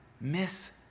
miss